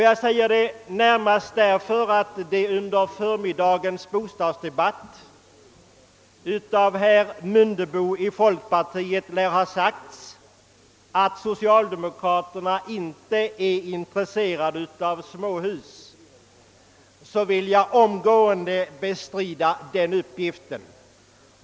Jag säger det närmast med anledning av att herr Mundebo i folkpartiet under förmiddagens bostadsdebatt lär ha sagt att socialdemokraterna inte är intresserade av småhus. Den uppgiften vill jag omgående bestrida.